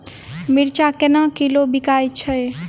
मिर्चा केना किलो बिकइ छैय?